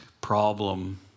problem